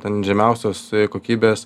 ten žemiausios kokybės